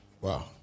Wow